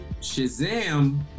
Shazam